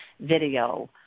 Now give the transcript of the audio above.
video